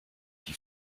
die